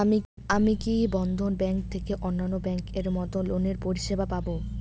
আমি কি বন্ধন ব্যাংক থেকে অন্যান্য ব্যাংক এর মতন লোনের পরিসেবা পাব?